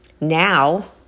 now